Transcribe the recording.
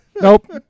Nope